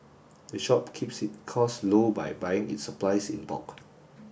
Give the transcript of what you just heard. the shop keeps its costs low by buying its supplies in bulk